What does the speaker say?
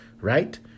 right